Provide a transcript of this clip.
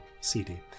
CD